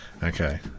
Okay